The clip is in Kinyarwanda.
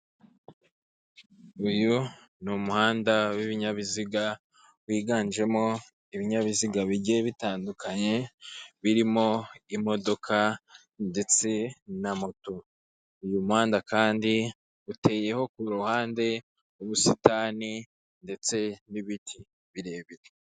Uyu ni umuhanda w'ibinyabiziga wiganjemo ibinyabiziga bigiye bitandukanye birimo imodoka ndetse na moto, uyu muhanda kandi uteyeho ku ruhande ubusitani ndetse n'ibiti birebire.